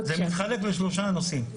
זה מתחלף בין שלושה נושאים.